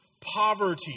poverty